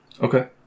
Okay